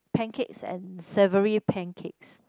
pancakes and savoury pancakes